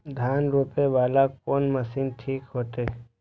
धान रोपे वाला कोन मशीन ठीक होते?